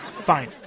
Fine